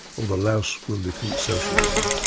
or the louse will defeat socialism.